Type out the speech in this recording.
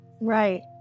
Right